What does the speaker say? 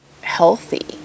healthy